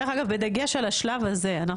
בדגש על השלב הזה.